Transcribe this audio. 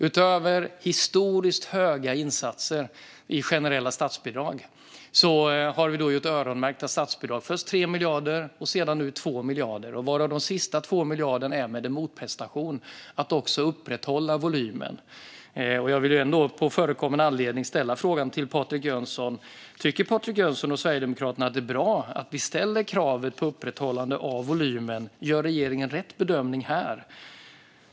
Utöver historiskt höga insatser i generella statsbidrag har vi gett öronmärkta statsbidrag på först 3 miljarder och sedan 2 miljarder. De sista 2 miljarderna ges med en motprestation som innebär att man ska upprätthålla volymen. På förekommen anledning vill jag ställa en fråga till Patrik Jönsson. Tycker Patrik Jönsson och Sverigedemokraterna att det är bra att vi ställer krav på ett upprätthållande av volymen? Gör regeringen rätt bedömning här?